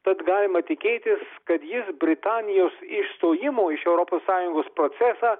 tad galima tikėtis kad jis britanijos išstojimo iš europos sąjungos procesą